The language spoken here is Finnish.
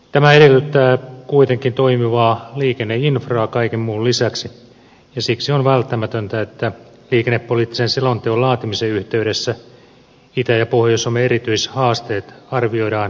tämä edellyttää kuitenkin toimivaa liikenneinfraa kaiken muun lisäksi ja siksi on välttämätöntä että liikennepoliittisen selonteon laatimisen yhteydessä itä ja pohjois suomen erityishaasteet arvioidaan erikseen